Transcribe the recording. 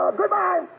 goodbye